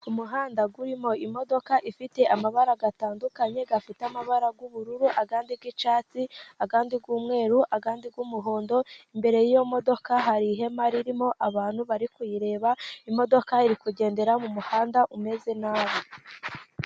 Umuhanda urimo imodoka ifite amabara atandukanye, ifite amabara y'ubururu, andi y'icyatsi andi y'umweru, andi y'umuhondo. Imbere y'iyo modoka hari ihema ririmo abantu bari kuyireba, imodoka iri kugendera mu muhanda umeze nabi.